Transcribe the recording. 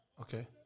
okay